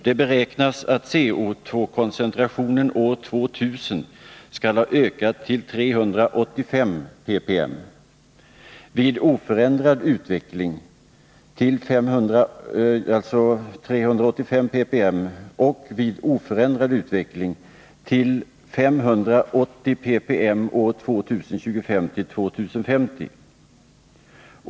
Det beräknas att CO,-koncentrationen år 2000 skall ha ökat till 385 ppm, och, vid oförändrad utveckling, till 580 ppm år 2025-2050.